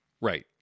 Right